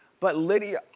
but lidia,